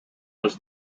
was